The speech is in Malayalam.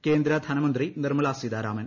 കേന്ദ്രധനമന്ത്രി നിർമ്മലാ സീതാരാമൻ